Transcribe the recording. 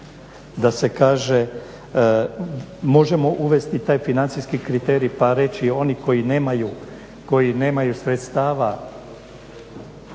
da se kaže možemo uvesti taj financijski kriterij, pa reći oni koji nemaju sredstava,